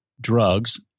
drugs